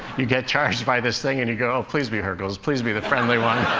you get charged by this thing and you go, oh, please be hercles please be the friendly one.